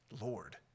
Lord